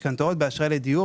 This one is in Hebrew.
במובן הכי פשוט,